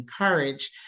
encourage